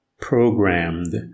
programmed